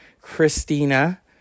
Christina